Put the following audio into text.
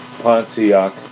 Pontiac